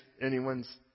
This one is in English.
anyone's